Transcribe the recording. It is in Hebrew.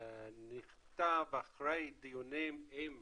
נכתב אחרי דיונים עם הנורבגים,